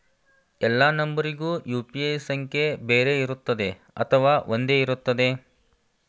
ಎಲ್ಲಾ ನಂಬರಿಗೂ ಯು.ಪಿ.ಐ ಸಂಖ್ಯೆ ಬೇರೆ ಇರುತ್ತದೆ ಅಥವಾ ಒಂದೇ ಇರುತ್ತದೆ?